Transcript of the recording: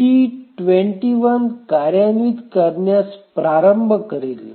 T21 कार्यान्वित करण्यास प्रारंभ करेल